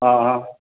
हँ